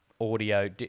Audio